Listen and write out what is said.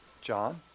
John